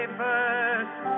first